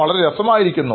വളരെ രസം ആയിരിക്കുന്നു